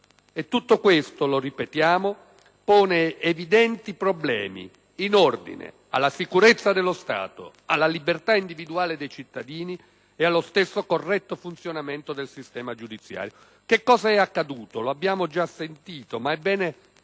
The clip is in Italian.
tutto questo - lo ripetiamo - pone evidenti problemi in ordine alla sicurezza dello Stato, alla libertà individuale dei cittadini e allo stesso corretto funzionamento del sistema giudiziario. Che cosa è accaduto? Lo abbiamo già sentito, ma è bene